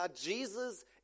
Jesus